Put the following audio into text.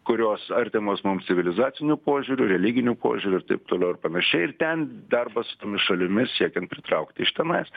kurios artimos mums civilizaciniu požiūriu religiniu požiūriu ir taip toliau ir panašiai ir ten darbas su tomis šalimis siekiant pritraukti iš tenais